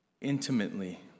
intimately